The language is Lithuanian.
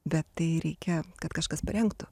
bet tai reikia kad kažkas parengtų